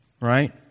right